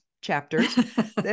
chapters